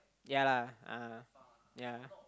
ya lah ah ya